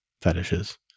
fetishes